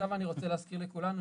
אני רוצה להזכיר לכולנו,